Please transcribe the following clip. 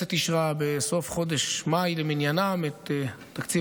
הכנסת אישרה בסוף חודש מאי למניינם את תקציב